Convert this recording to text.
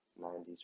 90s